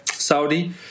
Saudi